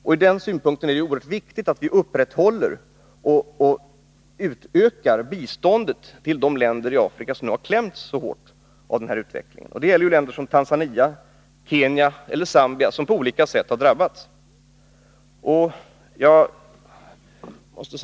Ur den synpunkten är det oerhört viktigt att vi upprätthåller och utökar biståndet till de länder i Afrika som nu har klämts så hårt av den här utvecklingen. Det gäller länder som Tanzania, Kenya och Zambia, som på olika sätt har drabbats.